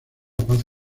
paz